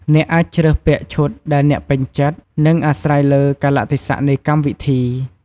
អ្នកអាចជ្រើសពាក់ឈុតដែលអ្នកពេញចិត្ត និងអាស្រ័យទៅលើកាលៈទេសៈនៃកម្មវិធី។